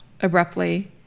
abruptly